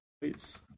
please